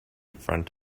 front